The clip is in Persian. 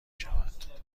شود